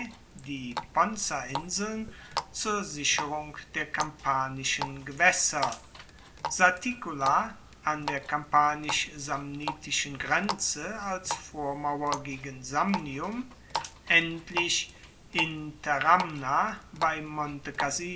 die ponzainseln zur sicherung der kampanischen gewaesser saticula an der kampanisch samnitischen grenze als vormauer gegen samnium endlich interamna bei